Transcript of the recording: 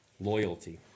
Loyalty